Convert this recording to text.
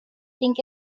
think